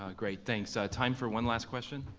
ah great, thanks. so time for one last question.